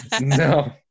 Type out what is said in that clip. no